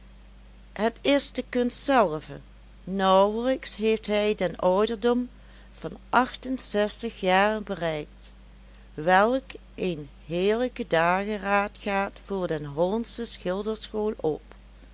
het is de kunst zelve nauwelijks heeft hij den ouderdom van achtenzestig jaren bereikt welk een heerlijke dageraad gaat voor de hollandsche schilderschool op